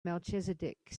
melchizedek